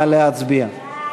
נא להצביע.